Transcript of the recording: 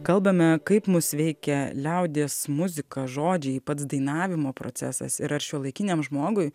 kalbame kaip mus veikia liaudies muzika žodžiai pats dainavimo procesas ir ar šiuolaikiniam žmogui